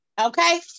okay